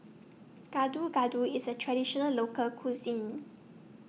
Gado Gado IS A Traditional Local Cuisine